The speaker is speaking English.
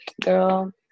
girl